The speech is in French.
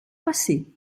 passé